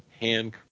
hand